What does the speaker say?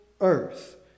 earth